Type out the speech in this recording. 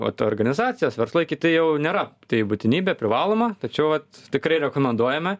vat organizacijos verslai kiti jau nėra tai būtinybė privaloma tačiau vat tikrai rekomenduojame